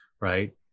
right